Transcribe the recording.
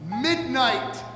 midnight